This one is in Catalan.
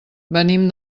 venim